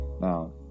Now